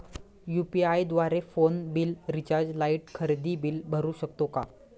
UPI द्वारे phone bill, recharge, light, खरेदी bill भरू शकतो का?